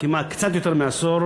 של חבר הכנסת מאיר שטרית.